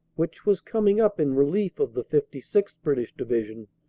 which was coming up in relief of the fifty sixth. british division,